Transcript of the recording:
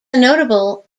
notable